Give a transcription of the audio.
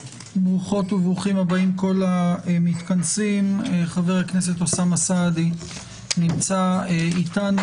ברוכות וברוכים הבאים כל המתכנסים חבר הכנסת אוסאמה סעדי נמצא אתנו,